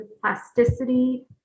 plasticity